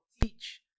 teach